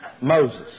Moses